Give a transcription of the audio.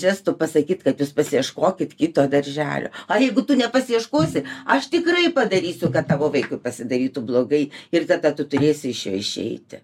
džestu pasakyt kad jus pasiieškokit kito darželio ar jeigu tu nepaieškosi aš tikrai padarysiu kad tavo vaikui pasidarytų blogai ir tada tu turėsi iš čia išeiti